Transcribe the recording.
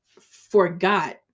forgot